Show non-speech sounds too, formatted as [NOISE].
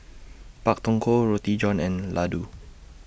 Pak Thong Ko Roti John and Laddu [NOISE]